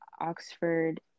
oxford